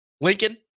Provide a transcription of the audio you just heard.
Lincoln